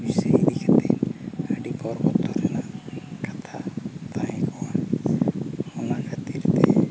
ᱯᱚᱭᱥᱟ ᱤᱫᱤ ᱠᱟᱛᱮᱫ ᱟᱹᱰᱤ ᱵᱷᱚᱨᱵᱚᱛᱚᱨ ᱨᱮᱱᱟᱜ ᱠᱟᱛᱷᱟ ᱛᱟᱦᱮᱸ ᱠᱚᱜᱼᱟ ᱚᱱᱟ ᱠᱷᱟᱹᱛᱤᱨ ᱛᱮ